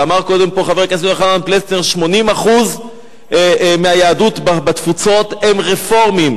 ואמר קודם חבר הכנסת יוחנן פלסנר: 80% מהיהדות בתפוצות הם רפורמים.